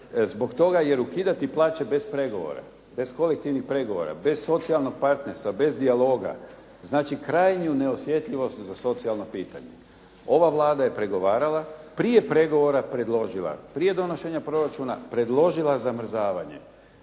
zbog toga jer ukidati plaće bez pregovora bez kolektivnih pregovora, bez socijalnog partnerstva, bez dijaloga, znači krajnju neosjetljivost za socijalna pitanja. Ova Vlada je pregovarala prije pregovora je predložila, prije donošenja proračuna, predložila zamrzavanje.